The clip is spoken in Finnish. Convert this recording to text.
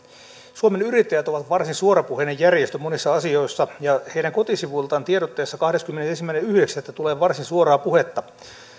suomen yrittäjät ovat varsin suorapuheinen järjestö monissa asioissa ja heidän kotisivuiltaan tiedotteessa kahdeskymmenesensimmäinen yhdeksättä tulee varsin suoraa puhetta